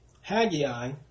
Haggai